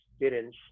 experience